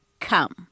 come